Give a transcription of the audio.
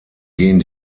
gehen